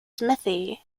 smithy